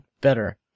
better